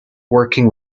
working